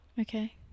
okay